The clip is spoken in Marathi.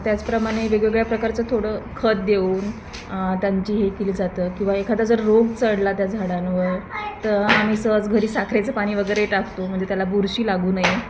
त्याचप्रमाणे वेगवेगळ्या प्रकारचं थोडं खत देऊन त्यांची हे केली जातं किंवा एखादा जर रोग चढला त्या झाडांवर तर आम्ही सहज घरी साखरेचं पाणी वगैरे टाकतो म्हणजे त्याला बुरशी लागू नये